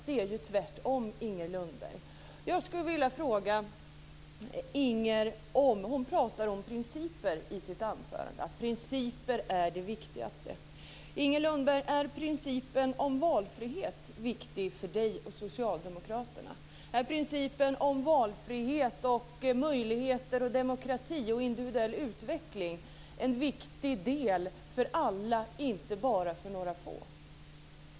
Det är ju tvärtom, Inger Lundberg talade om principer i sitt anförande, att principer är det viktigaste. Är principen om valfrihet viktig för Inger Lundberg och Socialdemokraterna? Är principen om valfrihet, möjligheter, demokrati och individuell utveckling en viktig del för alla, inte bara för några få?